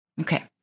Okay